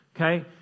Okay